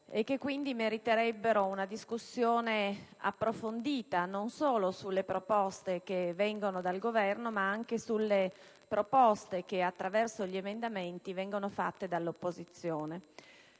e che quindi meriterebbero una discussione approfondita, non solo sulle proposte che vengono dal Governo, ma anche sulle proposte che, attraverso gli emendamenti, vengono fatte dall'opposizione.